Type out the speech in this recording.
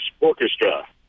Orchestra